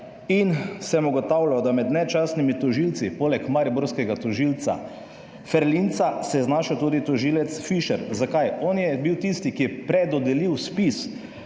in sem ugotavljal, da se je med nečastnimi tožilci poleg mariborskega tožilca Ferlinca znašel tudi tožilec Fišer. Zakaj? On je bil tisti, ki je predodelil spis